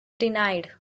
denied